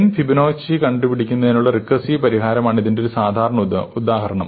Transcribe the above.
n Fibonacci കണ്ടെത്തുന്നതിനുള്ള recursive പരിഹാരമാണ് ഇതിന്റെ ഒരു സാധാരണ ഉദാഹരണം